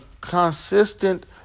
consistent